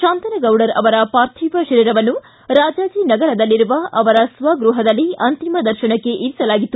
ಶಾಂತನಗೌಡರ ಅವರ ಪಾರ್ಥಿವ ಶರೀರವನ್ನು ರಾಜಾಜಿನಗರದಲ್ಲಿರುವ ಅವರ ಸ್ವಗೃಪದಲ್ಲಿ ಅಂತಿಮ ದರ್ಶನಕ್ಕೆ ಇರಿಸಲಾಗಿತ್ತು